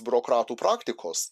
biurokratų praktikos